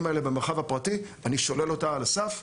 האלה במרחב הפרטי - אני שולל אותה על הסף.